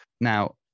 Now